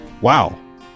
Wow